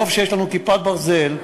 טוב שיש לנו "כיפת ברזל",